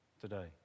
today